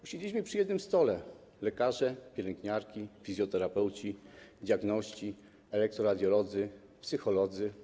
Usiedliśmy przy jednym stole: lekarze, pielęgniarki, fizjoterapeuci, diagności, elektroradiolodzy, psycholodzy.